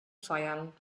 feiern